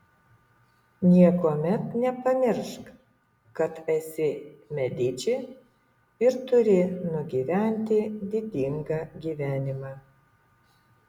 niekuomet nepamiršk kad esi mediči ir turi nugyventi didingą gyvenimą